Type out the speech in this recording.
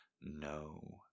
No